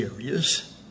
areas